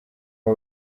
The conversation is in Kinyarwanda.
uba